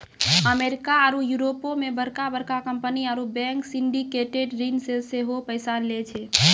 America आरु यूरोपो मे बड़का बड़का कंपनी आरु बैंक सिंडिकेटेड ऋण से सेहो पैसा लै छै